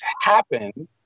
happen